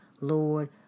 Lord